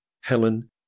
Helen